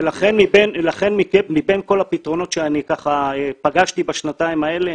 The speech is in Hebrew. ולכן מבין כל הפתרונות שאני ככה פגשתי בשנתיים האלה,